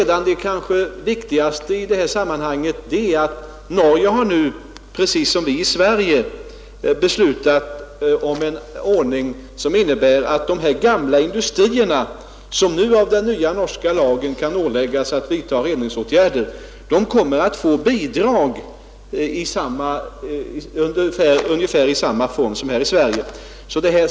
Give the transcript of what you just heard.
Det kanske viktigaste i sammanhanget är att det i Norge framförts förslag om att de gamla industrierna, som nu enligt den nya norska lagen kan åläggas att vidta reningsåtgärder, skall få bidrag efter ungefär samma former som tillämpas här i Sverige.